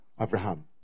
Abraham